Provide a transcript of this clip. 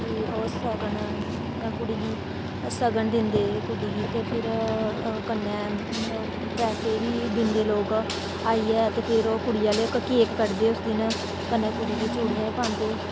फ्ही ओह् सगन कुड़ी गी सगन दिंदे ते फिर कन्नै पेसे बी दिंदे लोग आइयै ओह् कुड़ी आहले केक कटदे उस दिन कन्नै कुड़ी गी चूड़ियां पांदे